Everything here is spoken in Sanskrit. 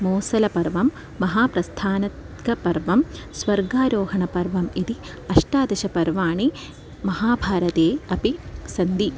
मौसलपर्वं महाप्रस्थानिकपर्वं स्वर्गारोहणपर्वम् इति अष्टादशपर्वाणि महाभारते अपि सन्ति